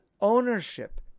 ownership